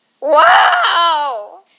Wow